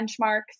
benchmarks